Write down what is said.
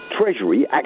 Treasury